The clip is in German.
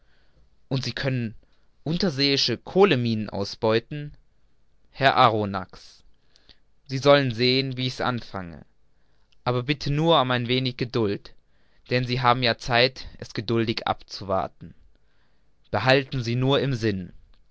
und sie können unterseeische kohlenminen ausbeuten herr arronax sie sollen sehen wie ich's anfange ich bitte nur um ein wenig geduld denn sie haben ja zeit es geduldig abzuwarten behalten sie nur im sinn